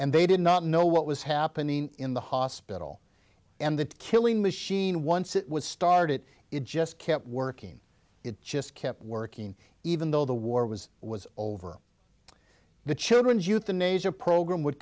and they did not know what was happening in the hospital and that killing machine once it was started it just kept working it just kept working even though the war was was over the children's euthanasia program would